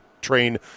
train